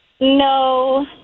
No